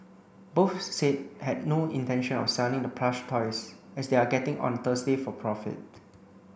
both said had no intention of selling the plush toys as they are getting on Thursday for profit